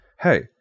hey